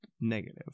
negative